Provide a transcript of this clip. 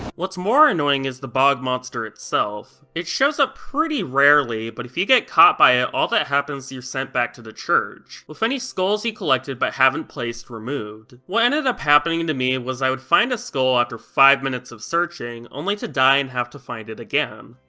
what's more annoying is the bog monster itself. it shows up pretty rarely, but if you get caught by it all that happens is you're sent back to the church, with any skulls you collected but haven't placed removed. what ended up happening and to me was i would find a skull after five minutes of searching, only to die and have to find it again.